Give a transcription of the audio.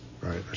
right